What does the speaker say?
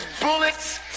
bullets